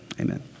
Amen